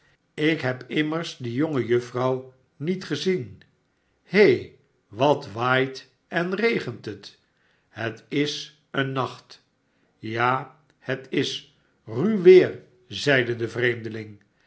slk heb immers die jonge juffrouw niet gezien he wat waait en regent het dat is een nacht ja het is ruw weer zeide de vreemdeling